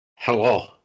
Hello